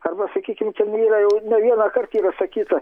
arba sakykim ten yra jau ne vienąkart yra sakyta